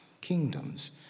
kingdoms